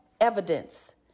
evidence